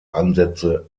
ansätze